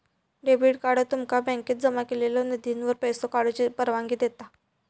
debit card तुमका बँकेत जमा केलेल्यो निधीवर पैसो काढूची परवानगी देता